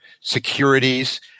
securities